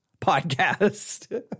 podcast